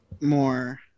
more